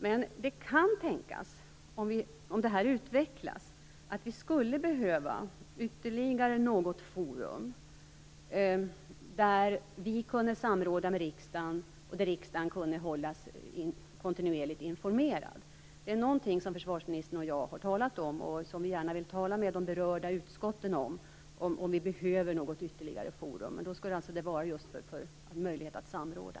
Men det kan tänkas, om det här utvecklas, att vi skulle behöva ytterligare något forum där vi kunde samråda med riksdagen och där riksdagen kunde hållas kontinuerligt informerad. Detta är någonting som försvarsministern och jag har talat om, och vi vill också gärna tala med de berörda utskotten om huruvida vi behöver något ytterligare forum. Men då skall det alltså vara just för möjligheten att samråda.